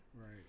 Right